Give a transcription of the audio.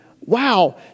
Wow